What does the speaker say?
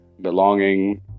belonging